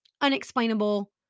unexplainable